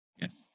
Yes